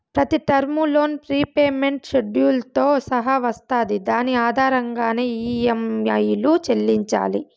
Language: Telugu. ప్రతి టర్ము లోన్ రీపేమెంట్ షెడ్యూల్తో సహా వస్తాది దాని ఆధారంగానే ఈ.యం.ఐలు చెల్లించాలి